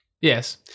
Yes